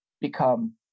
become